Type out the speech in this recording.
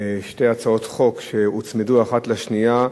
אלה שתי הצעות חוק שהוצמדו אחת לשנייה,